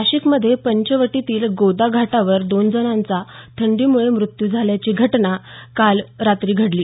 नाशिकमध्ये पंचवटीतील गोदा घाटावर दोन जणांचा थंडीमुळे मृत्यू झाल्याची घटना काल रात्री घडली